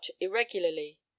irregularly